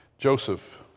Joseph